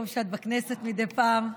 טוב שאת בכנסת מדי פעם,